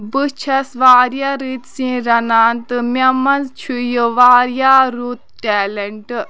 بہٕ چھَس واریاہ رٕتۍ سِنۍ رَنان تہٕ مےٚ منٛز چھُ یہِ واریاہ رُت ٹیلنٛٹ